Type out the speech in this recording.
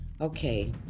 Okay